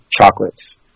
chocolates